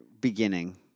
Beginning